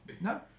No